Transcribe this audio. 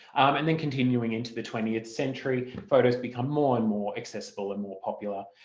and then continuing into the twentieth century photos become more and more accessible and more popular.